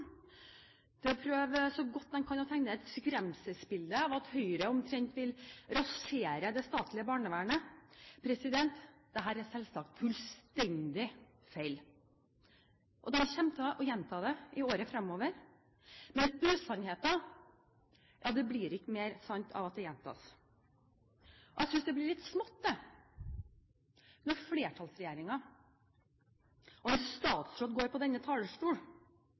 til å prøve så godt de kan å tegne et skremselsbilde, at Høyre omtrent vil rasere det statlige barnevernet. Dette er selvsagt fullstendig feil. De kommer til å gjenta det i årene fremover, men usannheter blir ikke mer sanne av at de gjentas. Jeg synes det blir litt smått når en statsråd